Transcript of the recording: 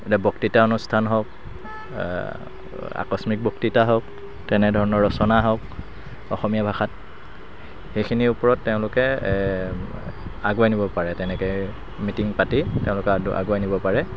এতিয়া বক্তৃতা অনুষ্ঠান হওক আকস্মিক বক্তৃতা হওক তেনেধৰণৰ ৰচনা হওক অসমীয়া ভাষাত সেইখিনিৰ ওপৰত তেওঁলোকে আগুৱাই নিব পাৰে তেনেকৈ মিটিং পাতি তেওঁলোকে আ আগুৱাই নিব পাৰে